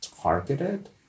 targeted